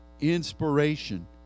inspiration